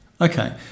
Okay